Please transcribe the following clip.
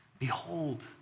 Behold